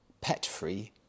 pet-free